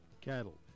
cattle